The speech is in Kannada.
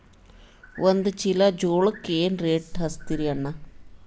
ಒಂದ ಚೀಲಾ ಜೋಳಕ್ಕ ಏನ ರೇಟ್ ಹಚ್ಚತೀರಿ ಅಣ್ಣಾ?